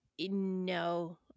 no